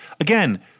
again